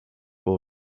will